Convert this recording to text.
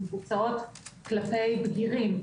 שמבוצעות כלפי בגירים,